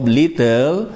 little